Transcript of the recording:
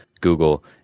Google